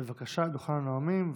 בבקשה, לדוכן הנואמים.